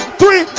three